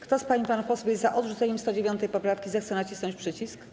Kto z pań i panów posłów jest za odrzuceniem 109. poprawki, zechce nacisnąć przycisk.